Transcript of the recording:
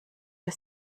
der